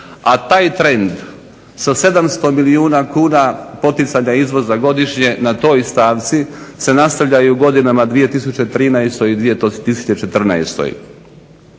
a taj trend sa 700 milijuna kuna poticanja izvoza godišnje na toj stavci se nastavljaju godinama 2013. i 2014.